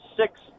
six